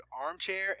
Armchair